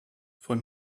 von